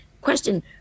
question